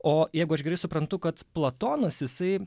o jeigu aš gerai suprantu kad platonas jisai